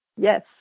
yes